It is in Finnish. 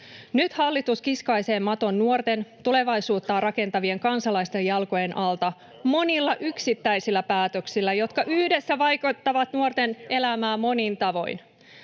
Nyt hallitus kiskaisee maton nuorten tulevaisuuttaan rakentavien kansalaisten jalkojen alta monilla yksittäisillä päätöksillä, jotka yhdessä vaikeuttavat nuorten elämää monin tavoin.